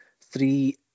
three